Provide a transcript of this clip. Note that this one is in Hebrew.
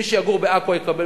מי שיגור בעכו, יקבל.